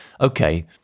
Okay